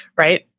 right.